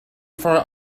for